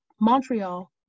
Montreal